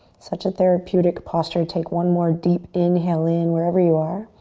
such a therapeutic posture. take one more deep inhale in, wherever you are.